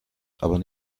aber